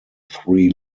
three